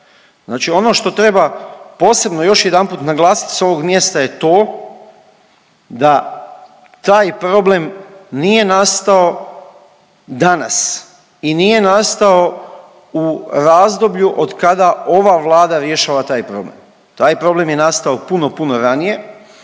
Znači ono što treba posebno još jedanput naglasiti sa ovog mjesta je to da taj problem nije nastao danas i nije nastao u razdoblju od kada ova Vlada rješava taj problem. Taj problem je nastao puno, puno ranije.